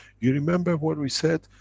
you remember what we said,